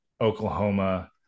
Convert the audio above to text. Oklahoma